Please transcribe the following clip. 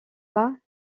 pas